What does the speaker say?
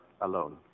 alone